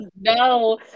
no